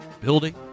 Building